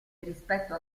rispetto